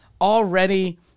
already